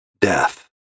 death